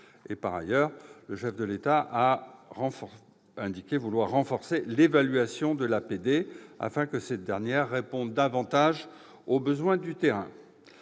Par ailleurs, le chef de l'État a indiqué vouloir renforcer l'évaluation de l'APD afin que cette dernière réponde davantage aux besoins du terrain.